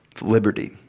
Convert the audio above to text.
liberty